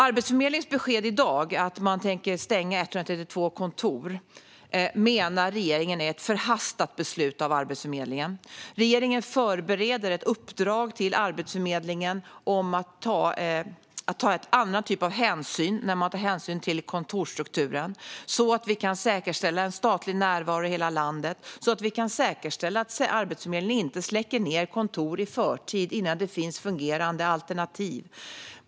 Arbetsförmedlingens besked i dag att man tänker stänga 132 kontor menar regeringen är ett förhastat beslut. Regeringen förbereder ett uppdrag till Arbetsförmedlingen om att ta en annan typ av hänsyn i kontorsstrukturen så att vi kan säkerställa en statlig närvaro i hela landet och att Arbetsförmedlingen inte släcker ned kontor i förtid innan det finns fungerande alternativ.